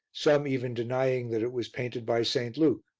some even denying that it was painted by st. luke.